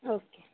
okay